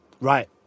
right